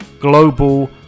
global